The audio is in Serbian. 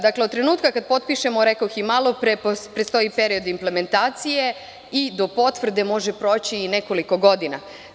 Dakle, od trenutka kada potpišemo, rekoh i malo pre, predstoji period implementacije i do potvrde može proći i nekoliko godina.